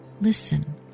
listen